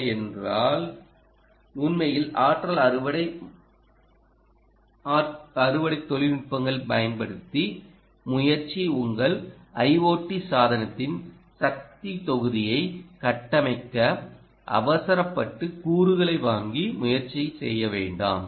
என்னவென்றால் உண்மையில் ஆற்றல் அறுவடை அறுவடை தொழில்நுட்பங்கள் பயன்படுத்தி முயற்சி உங்கள் IOT சாதனத்தின் சக்தி தொகுதியைக் கட்டமைக்க அவசரப்பட்டு கூறுகளை வாங்கி முயற்சி செய்ய வேண்டாம்